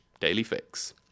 dailyfix